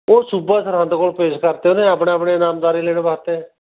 ਉਹ ਸੂਬਾ ਸਰਹੰਦ ਕੋਲ ਪੇਸ਼ ਕਰਤੇ ਉਹਨੇ ਆਪਣੇ ਆਪਣੇ ਨਾਮਦਾਰੀ ਲੈਣ ਵਾਸਤੇ